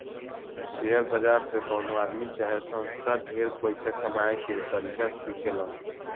share बाजार से कवनो आदमी चाहे संस्था ढेर पइसा कमाए के तरीका सिखेलन